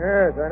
Yes